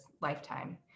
lifetime